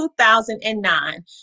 2009